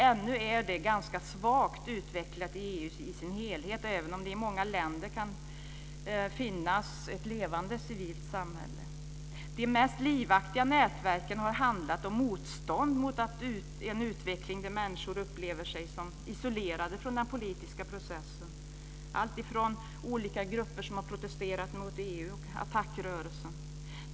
Ännu är det ganska svagt utvecklat i EU som helhet, även om det i många länder kan finnas ett levande civilt samhälle. De mest livaktiga nätverken har handlat om motstånd mot en utveckling där människor upplever sig som isolerade från den politiska processen - olika grupper har protesterat mot EU, som ATTAC-rörelsen.